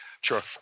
Sure